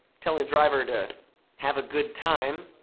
telling the driver to have a good time,